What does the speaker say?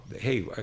hey